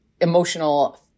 emotional